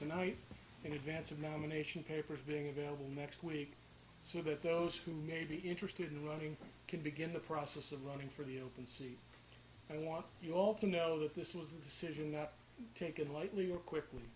tonight in advance of nomination papers being available next week so that those who may be interested in running can begin the process of running for the open sea i want you all to know that this was a decision taken lightly or quickly